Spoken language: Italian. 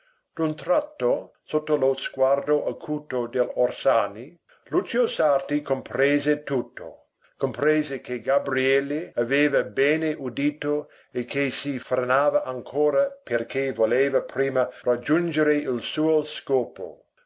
tratto sotto lo sguardo acuto dell'orsani lucio sarti comprese tutto comprese che gabriele aveva bene udito e che si frenava ancora perché voleva prima raggiungere il suo scopo